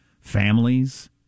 families